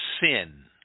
sin